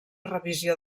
revisió